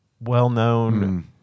well-known